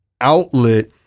outlet